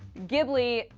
ghibli.